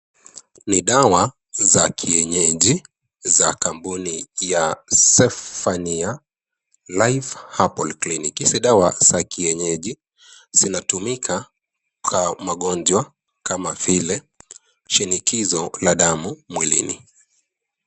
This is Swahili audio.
Ni dawa za kienyeji. za kampuni ya Zephania Life Herbal Clinic. Hizi dawa za kienyeji zinatumika kwa magonjwa kama vile, Shinikizo la damu mwilini.